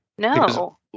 No